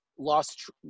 lost